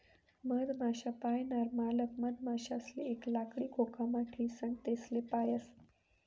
मधमाश्या पायनार मालक मधमाशासले एक लाकडी खोकामा ठीसन तेसले पायस